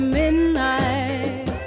midnight